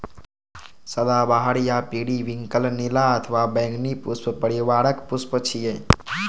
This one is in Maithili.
सदाबहार या पेरिविंकल नीला अथवा बैंगनी पुष्प परिवारक पुष्प छियै